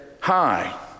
hi